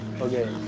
Okay